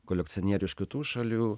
kolekcionierių iš kitų šalių